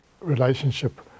relationship